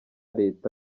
leta